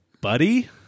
Buddy